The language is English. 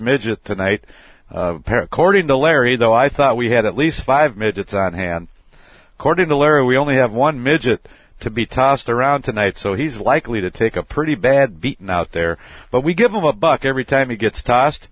midget the night pair according to larry though i thought we had at least five midgets on hand according to larry we only have one midget to be tossed around tonight so he's likely to take a pretty bad beating out there but we give him a buck every time he gets tossed